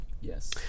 Yes